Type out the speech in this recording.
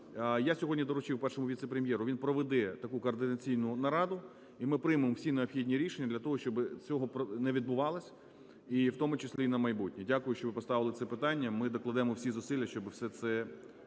Я сьогодні доручив Першому віце-прем'єру, він проведе таку координаційну нараду, і ми приймемо всі необхідні рішення для того, щоб цього не відбувалось, і в тому числі і на майбутнє. Дякую, що ви поставили це питання. Ми докладемо всі зусилля, щоб все це